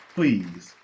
Please